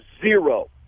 zero